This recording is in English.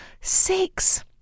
Six